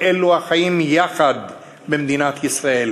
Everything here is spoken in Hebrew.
אני מבקש להביע גם את תחושת החרדה שלי לגורלה ולעתידה של מדינתנו.